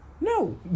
No